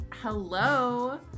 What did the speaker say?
Hello